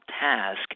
task